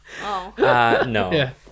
no